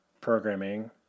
programming